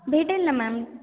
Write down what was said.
भेटेल ना मॅम